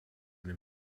den